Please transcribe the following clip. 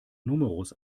numerus